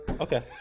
Okay